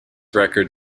record